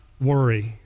worry